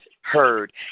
heard